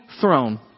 throne